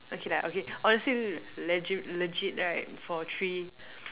okay lah okay honestly l~ legit legit right for three